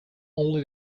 only